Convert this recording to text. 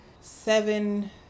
seven